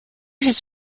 his